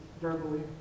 verbally